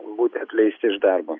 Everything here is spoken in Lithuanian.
būti atleisti iš darbo